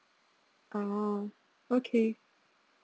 ah okay